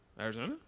Arizona